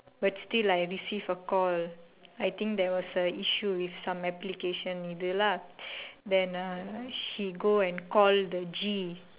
but still I receive a call I think there was a issue with some application இது:ithu lah then uh he go and call the G